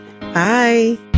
Bye